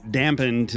dampened